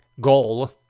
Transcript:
goal